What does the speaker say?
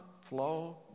flow